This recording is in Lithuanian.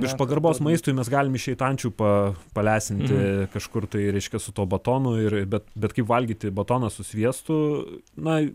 iš pagarbos maistui mes galim išeit ančių pa palesinti kažkur tai reiškia su tuo batonu ir bet bet kaip valgyti batoną su sviestu na